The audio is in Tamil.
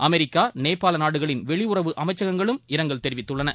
அமெரிக்கா நேபாளநாடுகளின் வெளியுறவு அமைச்சகங்களும் இரங்கல் தெரிவித்துள்ளன